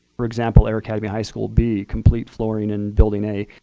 for example, air academy high school b, complete flooring in building a.